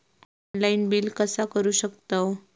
Online bill कसा करु शकतव?